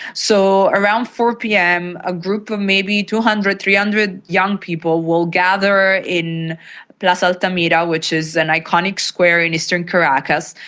so around four pm a group of maybe two hundred, three hundred young people will gather in plaza altamira, which is an iconic square in eastern caracas,